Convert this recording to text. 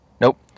Nope